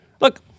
Look